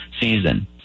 season